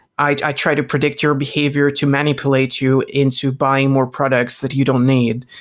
i i try to predict your behavior to manipulate you into buying more products that you don't need,